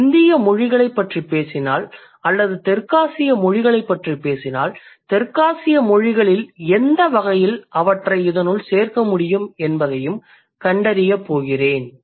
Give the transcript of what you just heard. நான் இந்திய மொழிகளைப் பற்றி பேசினால் அல்லது தெற்காசிய மொழிகளைப் பற்றி பேசினால் தெற்காசிய மொழிகளில் எந்த வகையில் அவற்றை இதனுள் சேர்க்க முடியும் என்பதைக் கண்டறியப் போகிறேன்